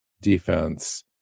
defense